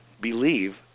believe